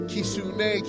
Kisune